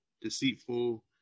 deceitful